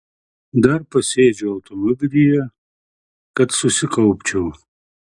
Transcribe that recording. dar pasėdžiu automobilyje kad susikaupčiau